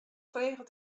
frege